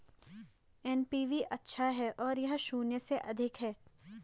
NPV अच्छा है अगर यह शून्य से अधिक है